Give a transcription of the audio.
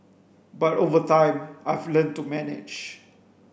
but over time I've learnt to manage